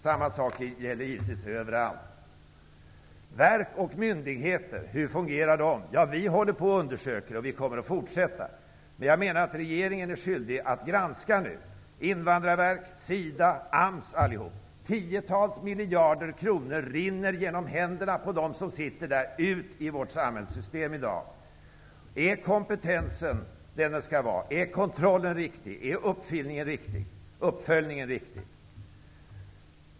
Samma sak gäller givetvis överallt. Hur fungerar verk och myndigheter? Vi håller på att undersöka det och kommer att fortsätta med det. Men jag menar att regeringen nu är skyldig att granska Invandrarverket, SIDA, AMS -- allihop. Tiotals miljarder kronor rinner för närvarande genom händerna på dem som sitter där och ut i vårt samhälle. Är kompetensen vad den skall vara? Är kontrollen riktig? Är uppföljningen riktig?